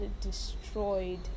destroyed